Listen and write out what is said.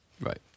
Right